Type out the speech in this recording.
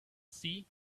see